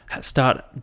start